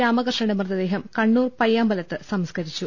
രാമകൃ ഷ്ണന്റെ മൃതദേഹം കണ്ണൂർ പയ്യാമ്പലത്ത് സംസ്കരി ച്ചു